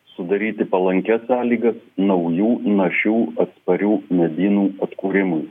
sudaryti palankias sąlygas naujų našių atsparių medynų atkūrimui